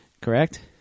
correct